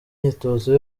myitozo